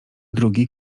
drugi